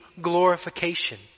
glorification